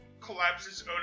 collapses